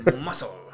Muscle